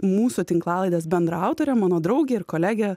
mūsų tinklalaidės bendraautorė mano draugė ir kolegę